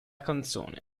canzone